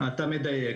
אתה מדייק.